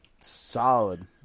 solid